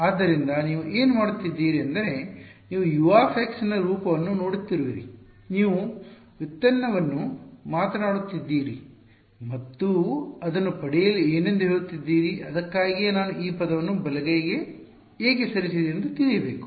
ಆದ್ದರಿಂದ ನೀವು ಏನು ಮಾಡುತ್ತಿದ್ದೀರಿ ಎಂದರೆ ನೀವು U ನ ರೂಪವನ್ನು ನೋಡುತ್ತಿರುವಿರಿ ನೀವು ವ್ಯುತ್ಪನ್ನವನ್ನು ಮಾತನಾಡುತ್ತಿದ್ದೀರಿ ಮತ್ತು ಅದನ್ನು ಪಡೆಯಲು ಏನೆಂದು ಹೇಳುತ್ತಿದ್ದೀರಿ ಅದಕ್ಕಾಗಿಯೇ ನಾನು ಈ ಪದವನ್ನು ಬಲಗೈಗೆ ಏಕೆ ಸರಿಸಿದೆ ಎಂದು ತಿಳಿಯಬೇಕು